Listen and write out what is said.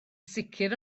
sicr